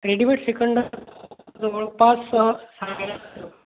readymade shrikhand जवळपास साडे